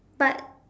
but